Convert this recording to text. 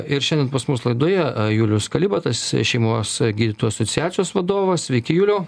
ir šiandien pas mus laidoje julius kalibatas šeimos gydytojų asociacijos vadovas sveiki juliau